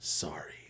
sorry